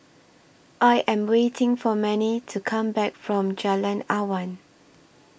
I Am waiting For Mannie to Come Back from Jalan Awan